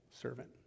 servant